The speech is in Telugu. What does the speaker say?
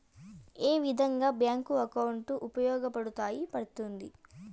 ఏ విధంగా బ్యాంకు అకౌంట్ ఉపయోగపడతాయి పడ్తుంది